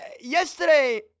yesterday